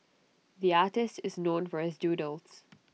the artist is known for his doodles